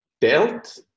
dealt